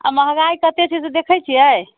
आ महँगाइ कते छै से देखे छियै